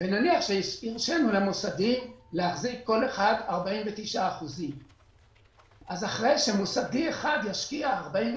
נניח שהרשינו למוסדיים להחזיק כל אחד 49%. אחרי שמוסדי אחד ישקיע 49%,